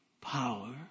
power